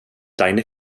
deine